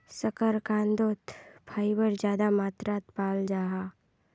शकार्कंदोत फाइबर ज्यादा मात्रात पाल जाहा